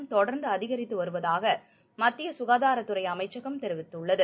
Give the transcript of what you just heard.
நாட்டல் தொடர்ந்துஅதிகரித்துவருவதாகமத்தியசுகாதாரத்துறைஅமைச்சகம் தெரிவித்துள்ளது